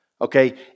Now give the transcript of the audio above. okay